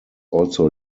also